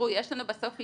יש לנו בסוף עילה.